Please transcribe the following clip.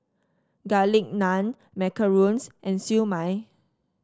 Garlic Naan macarons and Siew Mai